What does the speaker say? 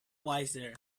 wiser